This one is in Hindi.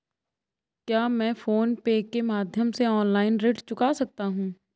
क्या मैं फोन पे के माध्यम से ऑनलाइन ऋण चुका सकता हूँ?